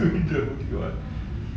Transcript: oh kena hantar